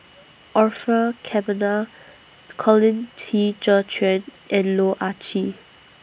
Orfeur Cavenagh Colin Qi Zhe Quan and Loh Ah Chee